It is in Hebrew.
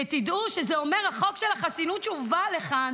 שתדעו שהחוק של החסינות שהובא לכאן